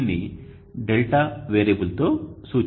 దీనిని δ వేరియబుల్ తో సూచిస్తారు